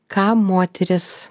ką moteris